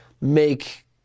make